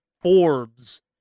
Forbes